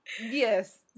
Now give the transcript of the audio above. yes